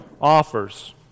offers